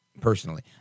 personally